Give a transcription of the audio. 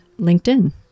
LinkedIn